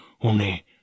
Only